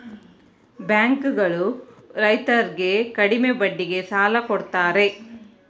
bank ಗಳು ರೈತರರ್ಗೆ ಕಡಿಮೆ ಬಡ್ಡಿಗೆ ಸಾಲ ಕೊಡ್ತಾರೆ